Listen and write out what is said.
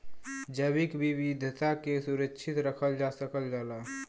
जैविक विविधता के सुरक्षित रखल जा सकल जाला